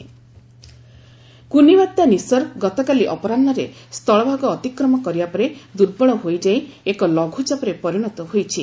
cyclone Nisarga ଘୁର୍ଣ୍ଣିବାତ୍ୟା ନିସର୍ଗ ଗତକାଲି ଅପରାହ୍ନରେ ସ୍ଥଳଭାଗ ଅତିକ୍ରମ କରିବା ପରେ ଦୁର୍ବଳ ହୋଇଯାଇ ଏକ ଲଘୁଚାପରେ ପରିଣତ ହୋଇଛି